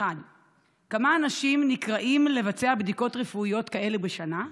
1. כמה אנשים נקראים לבצע בדיקות רפואיות כאלה בשנה?